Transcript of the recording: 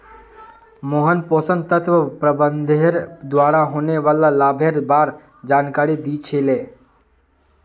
मोहन पोषण तत्व प्रबंधनेर द्वारा होने वाला लाभेर बार जानकारी दी छि ले